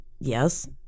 Yes